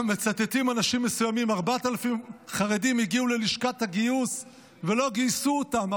מצטטים אנשים מסוימים: 4,000 חרדים הגיעו ללשכת הגיוס ולא גייסו אותם.